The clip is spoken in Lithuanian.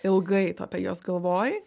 ilgai tu apie juos galvojai